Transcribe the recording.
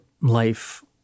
life